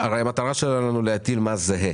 הרי המטרה שלנו היא להטיל מס זהה,